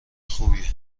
خوبیه